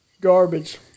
garbage